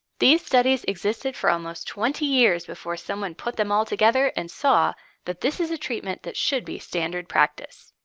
these studies existed for almost twenty years before someone put them all together and saw that this is a treatment that should be standard practice.